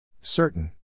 Certain